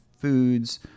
foods